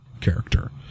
character